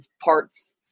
parts